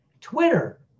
Twitter